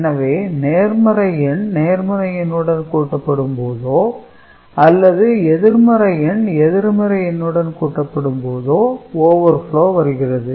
எனவே நேர்மறை எண் நேர்மறை எண்ணுடன் கூட்டப்படும் போதோ அல்லது எதிர்மறை எண் எதிர்மறை எண்ணுடன் கூட்டப்படும் போது overflow வருகிறது